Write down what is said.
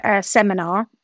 seminar